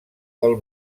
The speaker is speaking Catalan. del